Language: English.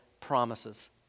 promises